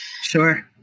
Sure